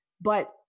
but-